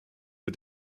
für